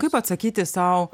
kaip atsakyti sau